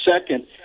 second